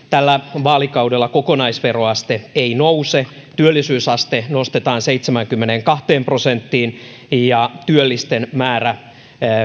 tällä vaalikaudella kokonaisveroaste ei nouse työllisyysaste nostetaan seitsemäänkymmeneenkahteen prosenttiin ja työllisten määrä